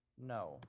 No